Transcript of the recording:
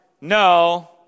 no